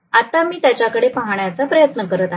आत्ता मी त्याच्याकडे पाहण्याचा प्रयत्न करत आहे